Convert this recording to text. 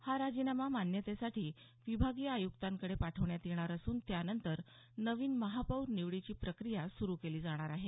हा राजीनामा मान्यतेसाठी विभागीय आय्क्तांकडे पाठवण्यात येणार असून त्यानंतर नवीन महापौर निवडीची प्रक्रिया सुरू केली जाणार आहे